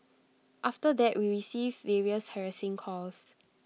after that we received various harassing calls